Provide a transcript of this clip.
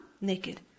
naked